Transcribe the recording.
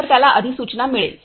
तर त्याला अधिसूचना मिळेल